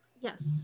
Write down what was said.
Yes